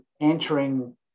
entering